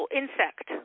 insect